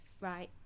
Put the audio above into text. right